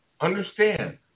understand